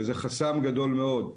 וזה חסם גדול מאוד.